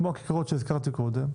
כמו הכיכרות שהזכרתי קודם,